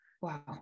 Wow